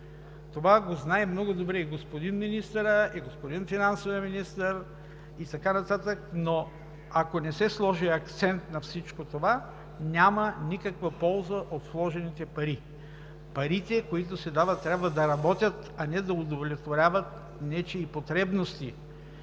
Това го знае много добре и господин министърът, и господин финансовият министър, и така нататък. Ако не се сложи акцент на всичко това, няма никаква полза от вложените пари. Парите, които се дават, трябва да работят, а не да удовлетворяват нечии потребности.